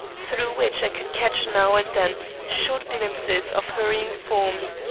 through which i could catch now and then short glimpses of hurrying forms,